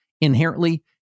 inherently